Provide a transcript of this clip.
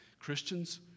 Christians